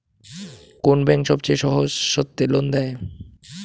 কোন ব্যাংক সবচেয়ে সহজ শর্তে লোন দেয়?